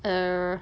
err